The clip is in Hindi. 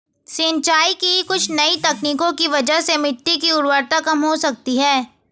सिंचाई की कुछ नई तकनीकों की वजह से मिट्टी की उर्वरता कम हो सकती है